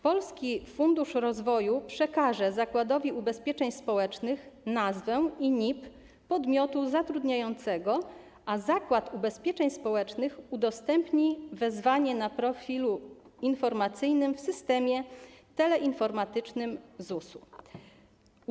Polski Fundusz Rozwoju przekaże Zakładowi Ubezpieczeń Społecznych nazwę i NIP podmiotu zatrudniającego, a Zakład Ubezpieczeń Społecznych udostępni wezwanie na profilu informacyjnym w systemie teleinformatycznym ZUS-u.